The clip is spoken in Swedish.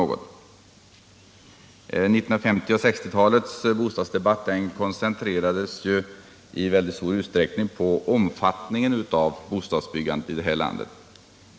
1950 och 1960-talens bostadsdebatt koncentrerades i stor utsträckning på omfattningen av bostadsbyggandet i landet.